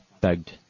begged